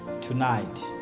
tonight